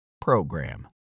PROGRAM